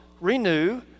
renew